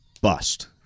bust